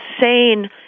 insane